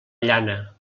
llana